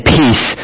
peace